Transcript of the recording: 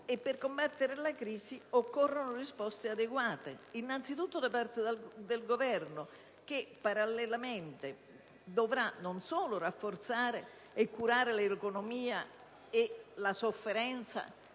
Per combattere la crisi occorrono risposte adeguate: innanzitutto da parte del Governo, che parallelamente dovrà non solo rafforzare e curare l'economia e la sofferenza